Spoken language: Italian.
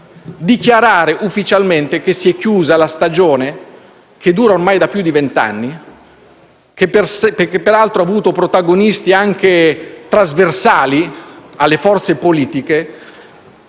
dichiarare ufficialmente che si è chiusa la stagione, che dura ormai da più di vent'anni e che peraltro ha avuto protagonisti anche trasversali alle forze politiche,